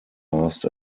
last